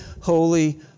holy